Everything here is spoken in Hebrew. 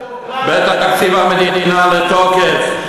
בתקציב המדינה לתוקף.